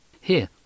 Here